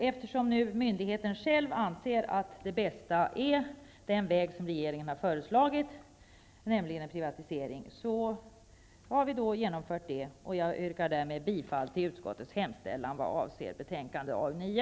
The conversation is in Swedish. Eftersom myndigheten själv anser att det bästa är den väg som regeringen har föreslagit, nämligen en privatisering, har vi genomfört det. Jag yrkar härmed bifall till utskottets hemställan vad avser betänkande AU9.